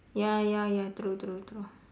ya ya ya true true true